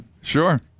Sure